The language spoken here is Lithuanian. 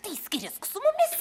tai skrisk su mumis